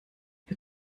wir